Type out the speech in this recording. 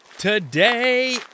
Today